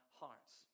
hearts